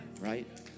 right